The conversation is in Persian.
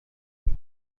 بود